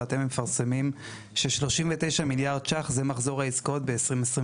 ואתם מפרסמים ש-39 מיליארד שקלים זה מחזור העסקאות ב-2022.